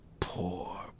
Poor